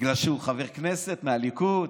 בגלל שהוא חבר כנסת מהליכוד.